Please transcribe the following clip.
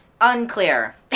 Unclear